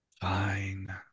Fine